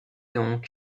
donc